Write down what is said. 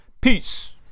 peace